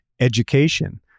Education